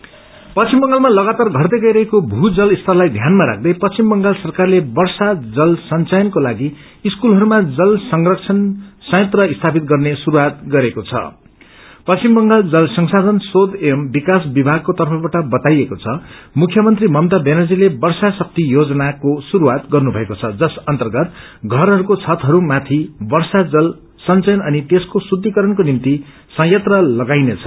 water रिज्विशन पश्चिम बंगालामा लागातार घटदै गईरहेको भू जल स्तरताई ध्यानामा राख्दै पश्चिम बंगल सरकारले वर्षा जल संचयनको लाग स्कूलहरूमा जल संरक्षण संत्र स्यापित गर्ने श्रुस्वात गरेको छं पश्चिम बंगाल जल संसाधन शोध एवं कवकास विभागको तर्फबाट बताइएको छ मुख्यमंी ममता व्यानज्रीले वष्प शक्ति योजना को शुरुवात गर्नुभएको द जस अन्तगत घरहरूको छतहरूमाथि वर्षा जन संचयन अनित्यसको शुखिकरणको निम्ति संयत्र लगाइनेछ